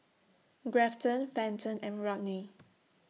Grafton Fenton and Rodney